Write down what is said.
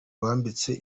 wambitse